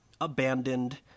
abandoned